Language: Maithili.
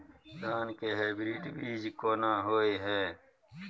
धान के हाइब्रिड बीज कोन होय है?